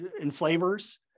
enslavers